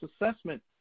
assessment